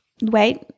wait